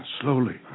slowly